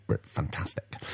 fantastic